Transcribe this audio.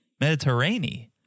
Mediterranean